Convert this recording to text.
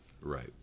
Right